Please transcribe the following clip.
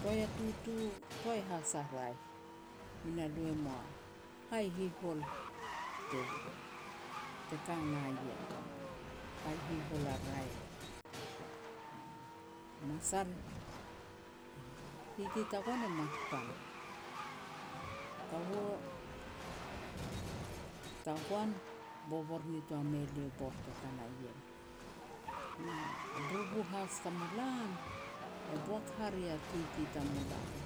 Toai a tutu, toai has a raeh. Me na lu e moa hai hihol te-te ka na ien, hai hihol a raeh, uum. Masal, a titi tagoan e mat pan, a kaua tagoan bobor nitoa me lia u bor te ka na ien. Na bubu has tamulam e boak haria a titi tamulam,